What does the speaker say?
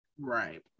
Right